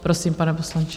Prosím, pane poslanče.